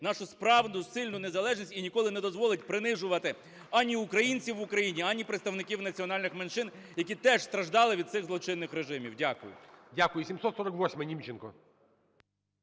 нашу справжню, сильну незалежність і ніколи не дозволить принижувати, ані українців в Україні, ані представників національних меншин, які страждали від цих злочинних режимів. Дякую. ГОЛОВУЮЧИЙ. Дякую. 748-а, Німченко.